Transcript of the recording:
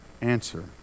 answer